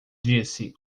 disse